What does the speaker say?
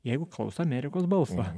jeigu klauso amerikos balso